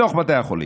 בתוך בתי החולים.